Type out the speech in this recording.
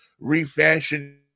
refashion